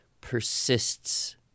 persists